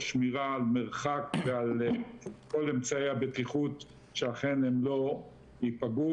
שמירה על מרחק ועל כל אמצעי הבטיחות שאכן הם לא ייפגעו.